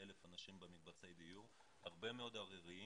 25,000 אנשים במקבצי דיור, הרבה מאוד עריריים.